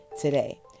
today